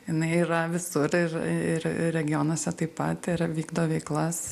jinai yra visur ir ir regionuose taip pat ir vykdo veiklas